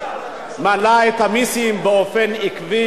מעלה את המסים באופן עקבי,